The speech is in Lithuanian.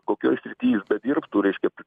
kokioj srity dirbtų reiškia